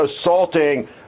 assaulting